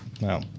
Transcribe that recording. No